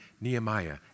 Nehemiah